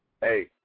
Hey